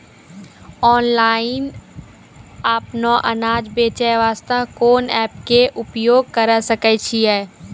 Online अपनो अनाज बेचे वास्ते कोंन एप्प के उपयोग करें सकय छियै?